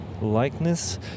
likeness